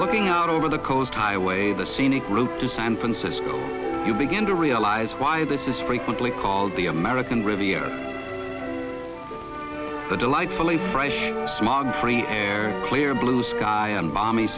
looking out over the coast highway the scenic route to san francisco you begin to realize why this is frequently called the american riviera the delightfully fresh smog free air play or blue sky and balmy